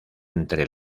entre